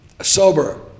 sober